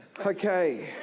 Okay